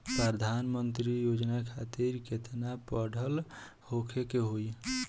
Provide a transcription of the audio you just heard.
प्रधानमंत्री योजना खातिर केतना पढ़ल होखे के होई?